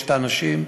יש האנשים,